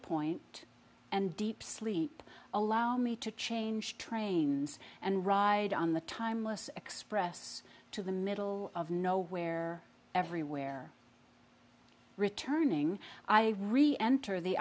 point and deep sleep allow me to change trains and ride on the timeless express to the middle of nowhere everywhere returning i really enter the